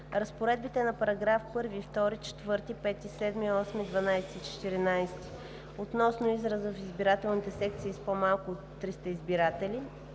разпоредбите на параграфи 1, 2, 4, 5, 7, 8, 12 и 14 относно израза „в избирателни секции с по-малко от 300 избиратели“,